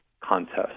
contest